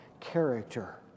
character